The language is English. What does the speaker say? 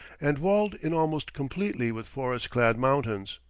and walled in almost completely with forest-clad mountains.